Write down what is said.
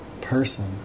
person